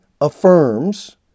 affirms